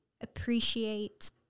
appreciate